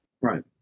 Right